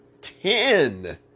ten